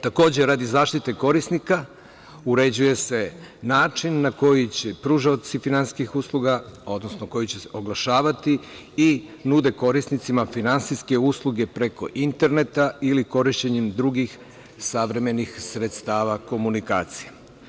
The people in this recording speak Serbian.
Takođe, radi zaštite korisnika uređuje se način na koji će pružaoci finansijskih usluga, odnosno koji će oglašavati i nude korisnicima finansijske usluge preko interneta ili korišćenjem drugih savremenih sredstava komunikacija.